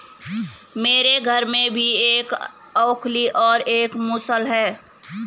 मेरे घर में भी एक ओखली और एक मूसल है